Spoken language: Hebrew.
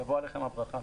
תבוא עליכם הברכה.